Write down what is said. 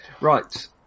Right